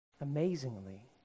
amazingly